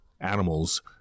animals